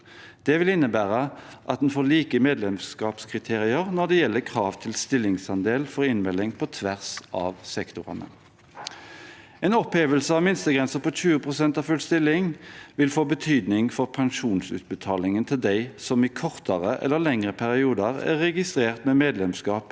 Det vil innebære at en får like medlemskapskriterier når det gjelder krav til stillingsandel for innmelding på tvers av sektorene. En opphevelse av minstegrensen på 20 pst. av full stilling vil få betydning for pensjonsutbetalingen til dem som i kortere eller lengre perioder er registrert med medlemskap